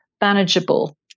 manageable